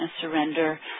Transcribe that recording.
surrender